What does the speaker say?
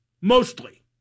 Mostly